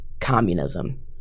communism